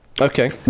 okay